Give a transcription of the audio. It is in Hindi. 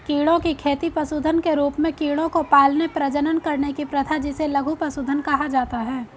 कीड़ों की खेती पशुधन के रूप में कीड़ों को पालने, प्रजनन करने की प्रथा जिसे लघु पशुधन कहा जाता है